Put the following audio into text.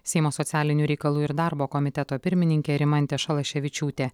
seimo socialinių reikalų ir darbo komiteto pirmininkė rimantė šalaševičiūtė